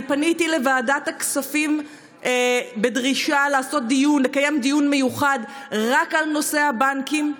אני פניתי לוועדת הכספים בדרישה לקיים דיון מיוחד רק על נושא הבנקים.